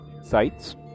sights